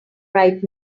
right